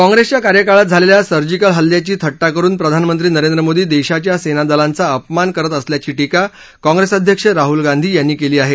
काँग्रेसच्या कार्यकाळात झालेल्या सर्जिकल हल्ल्याची थट्टा करुन प्रधानमंत्री नरेंद्र मोदी देशाच्या सेनादलांचा अपमान करत असल्याची टिका काँप्रेस अध्यक्ष राहल गांधी यांनी केली आहे